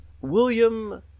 William